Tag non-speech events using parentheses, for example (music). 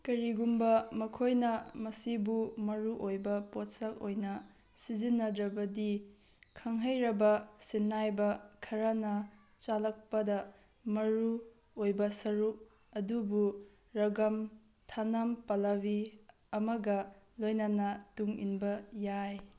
ꯀꯔꯤꯒꯨꯝꯕ ꯃꯈꯣꯏꯅ ꯃꯁꯤꯕꯨ ꯃꯔꯨ ꯑꯣꯏꯕ ꯄꯣꯠꯁꯛ ꯑꯣꯏꯅ ꯁꯤꯖꯤꯟꯅꯗ꯭ꯔꯕꯗꯤ ꯈꯪꯍꯩꯔꯕ ꯁꯤꯟꯅꯥꯏꯕ ꯈꯔꯅ (unintelligible) ꯃꯔꯨ ꯑꯣꯏꯕ ꯁꯔꯨꯛ ꯑꯗꯨꯕꯨ ꯔꯒꯝ ꯊꯅꯝ ꯄꯂꯕꯤ ꯑꯃꯒ ꯂꯣꯏꯅꯅ ꯇꯨꯡ ꯏꯟꯕ ꯌꯥꯏ